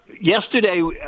yesterday